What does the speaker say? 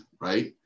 right